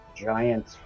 giant